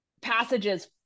passages